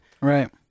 Right